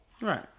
Right